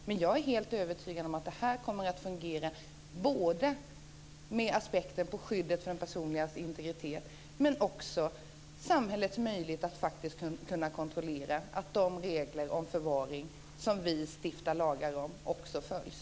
Men jag är helt övertygad om att det här kommer att fungera, både med avseende på skyddet för den personliga integriteten och också med avseende på samhällets möjlighet att faktiskt kunna kontrollera att de lagar om förvaring som vi stiftar också följs.